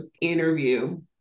interview